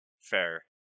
Fair